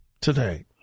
today